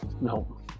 no